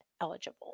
eligible